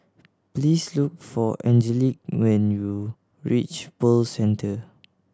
please look for Angelic when you reach Pearl Centre